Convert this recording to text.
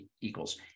equals